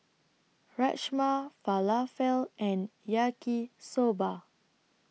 Rajma Falafel and Yaki Soba